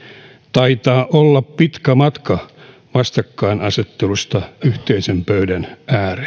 taitaa olla pitkä matka vastakkainasettelusta yhteisen pöydän ääreen